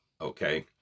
okay